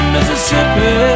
Mississippi